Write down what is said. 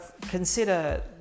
consider